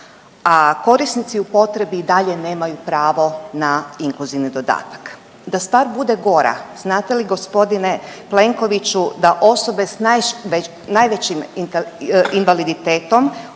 a korisnici u potrebi i dalje nemaju pravo na inkluzivni dodatak. Da stvar bude gora, znate li g. Plenkoviću da osobe s najvećim invaliditetom